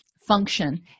function